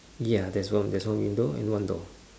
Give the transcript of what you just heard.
ya there's one there's one window and one door